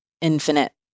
infinite